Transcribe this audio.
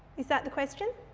is that the question?